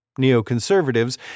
Neoconservatives